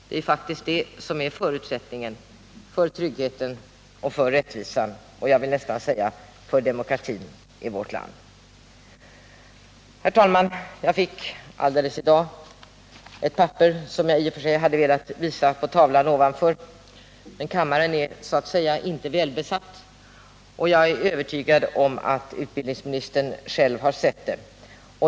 Det är faktiskt förutsättningen för tryggheten, för rättvisan och jag vill nästan säga för demokratin i vårt land. Herr talman! Jag fick i dag ett papper som jag i och för sig hade velat visa på bildskärmen, men kammaren är så att säga inte välbesatt, och jag är övertygad om att utbildningsministern själv har sett det.